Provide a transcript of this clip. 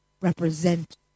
represent